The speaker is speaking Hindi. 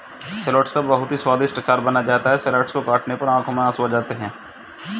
शैलोट्स का बहुत ही स्वादिष्ट अचार बनाया जाता है शैलोट्स को काटने पर आंखों में आंसू आते हैं